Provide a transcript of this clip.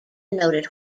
noted